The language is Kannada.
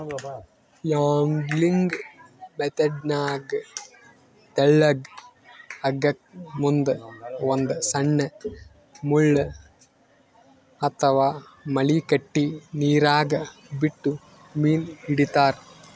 ಯಾಂಗ್ಲಿಂಗ್ ಮೆಥೆಡ್ನಾಗ್ ತೆಳ್ಳಗ್ ಹಗ್ಗಕ್ಕ್ ಮುಂದ್ ಒಂದ್ ಸಣ್ಣ್ ಮುಳ್ಳ ಅಥವಾ ಮಳಿ ಕಟ್ಟಿ ನೀರಾಗ ಬಿಟ್ಟು ಮೀನ್ ಹಿಡಿತಾರ್